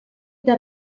eta